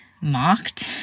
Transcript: mocked